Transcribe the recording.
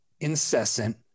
incessant